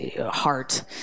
heart